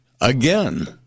Again